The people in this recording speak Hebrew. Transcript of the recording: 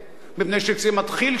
מפני שכשזה מתחיל שם,